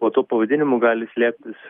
po tuo pavadinimu gali slėptis